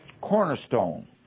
cornerstone